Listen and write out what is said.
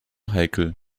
heikel